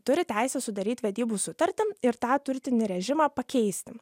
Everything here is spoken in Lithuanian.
turi teisę sudaryt vedybų sutartį ir tą turtinį režimą pakeisti